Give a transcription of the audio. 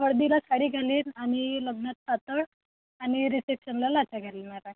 हळदीला साडी घालीन आणि लग्नात पातळ आणि रिसेप्शनला लाचा घालीन मग आता